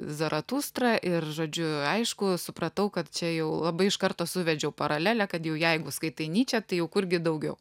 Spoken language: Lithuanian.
zaratustrą ir žodžiu aišku supratau kad čia jau labai iš karto suvedžiau paralelę kad jau jeigu skaitai nyčę tai jau kurgi daugiau